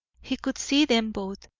he could see them both,